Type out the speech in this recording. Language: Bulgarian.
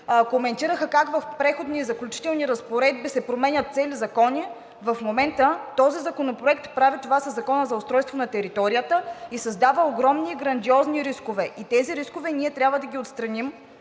коментираха как в Преходните и заключителните разпоредби се променят цели закони, в момента този законопроект прави това със Закона за устройство на територията и създава огромни, грандиозни рискове. И тези рискове ние трябва да ги отстраним,